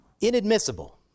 inadmissible